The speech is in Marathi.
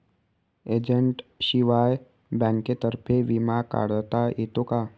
एजंटशिवाय बँकेतर्फे विमा काढता येतो का?